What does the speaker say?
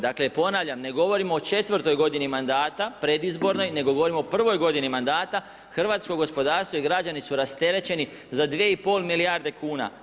Dakle, ponavljam ne govorim o četvrtoj godini mandata, predizbornoj, ne govorim o prvoj godini mandata hrvatsko gospodarstvo i građani su rasterećeni za dvije i pol milijarde kuna.